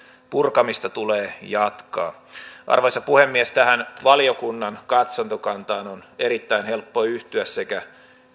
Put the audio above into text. purkamista tulee jatkaa arvoisa puhemies tähän valiokunnan katsantokantaan on erittäin helppo yhtyä sekä